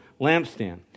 lampstand